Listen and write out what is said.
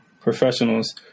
professionals